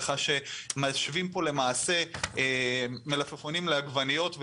כך שמשווים פה למעשה מלפפונים לעגבניות,